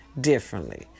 differently